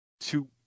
two